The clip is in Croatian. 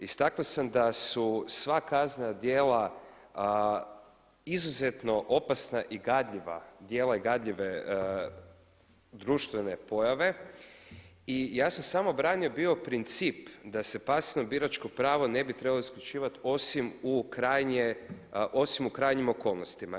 Istaknuo sam da su sva kaznena djela izuzetno opasna i gadljiva, djelo gadljive društvene pojave i ja sam samo branio bio princip da se pasivno biračko pravo ne bi trebalo isključivati osim u krajnjim okolnostima.